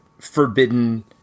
forbidden